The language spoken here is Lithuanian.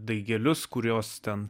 daigelius kurios ten